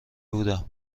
بودم